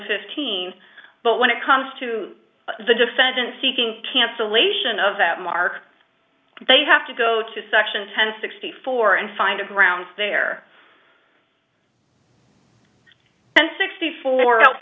fifteen but when it comes to the defendant seeking cancellation of that mark they have to go to section ten sixty four and find a grounds there and sixty four out